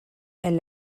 elle